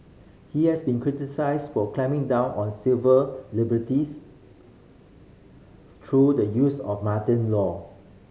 he has been criticised for clamping down on civil liberties through the use of law